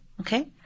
okay